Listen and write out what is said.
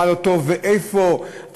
מה לא טוב ואיפה היתרונות,